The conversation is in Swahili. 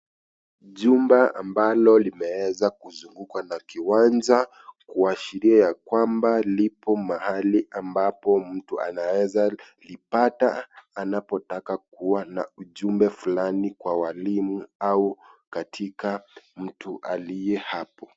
Chumba ambalo limeweza kuzungukwa na kiwanja kuashiria ya kwamba lipo mahali ambapo mtu anaweza lipata, anapotaka kuwa na ujumbe fulani kwa walimu au katika mtu aliye hapo.